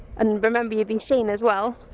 and remember you'd be seen as well.